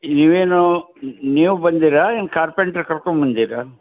ನಿವೇನು ನೀವು ಬಂದಿರಾ ಏನು ಕಾರ್ಪೆಂಟರ್ ಕರ್ಕೊಂಡ್ಬದಿರಾ